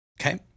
Okay